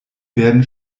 werden